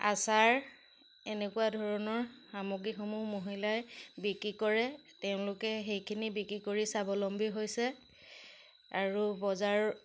আচাৰ এনেকুৱা ধৰণৰ সামগ্ৰীসমূহ মহিলাই বিক্ৰী কৰে তেওঁলোকে সেইখিনি বিক্ৰী কৰি স্বাৱলম্বী হৈছে আৰু বজাৰ